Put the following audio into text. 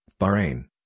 Bahrain